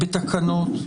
בתקנות?